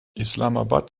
islamabad